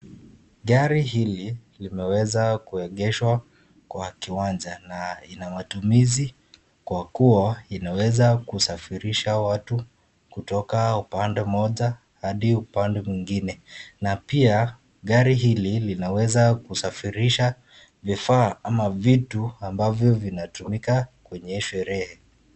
Gari hili limeweza kuegeshwa kwa kiwanja na ina matumizi kwa kuwa inaweza kusafirisha watu kutoka upande mmoja hadi upande mwingine na pia gari hili linaweza kusafirisha vifaa ama vitu vinatumika kwenye sherehe